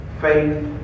faith